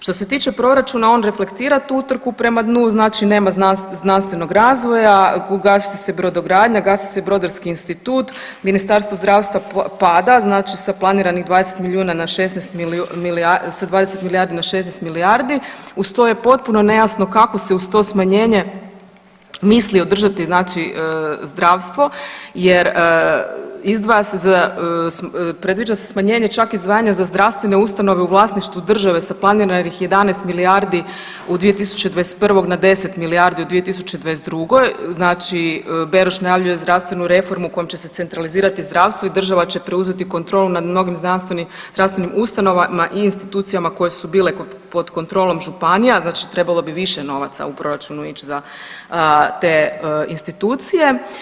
Što se tiče proračuna on reflektira tu utrku prema dnu, znači nema znanstvenog razvoja, ugasit će se brodogradnja, gasi se brodarski institut, Ministarstvo zdravstva pada znači sa planiranih 20 milijuna na 16, sa 20 milijardi na 16 milijardi, uz to je potpuno nejasno kako se uz to smanjenje misli održati znači zdravstvo jer izdvaja se za, predviđa se smanjenje čak i izdvajanje za zdravstvene ustanove u vlasništvu države sa planiranih 11 milijardi u 2021. na 10 milijardi u 2022., znači Beroš najavljuje zdravstvenu reformu kojom će se centralizirati zdravstvo i država će preuzeti kontrolu nad mnogim zdravstvenim ustanovama i institucijama koje su bile pod kontrolom županija, znači trebalo bi više novaca u proračunu ić za te institucije.